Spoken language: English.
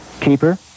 Keeper